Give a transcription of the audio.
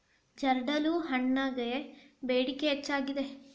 ಜರ್ದಾಳು ಹಣ್ಣಗೆ ಬೇಡಿಕೆ ಹೆಚ್ಚಾಗಿದೆ